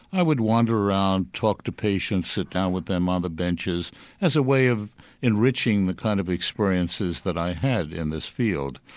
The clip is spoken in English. i would wander around, talk to patients, sit down with them on the benches as a way of enriching the kind of experiences that i had in this field.